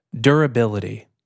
durability